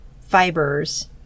fibers